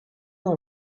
dans